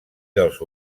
dels